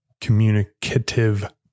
communicative